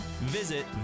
visit